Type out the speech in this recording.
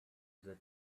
that